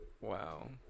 Wow